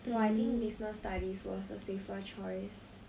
so I think business studies was a safer choice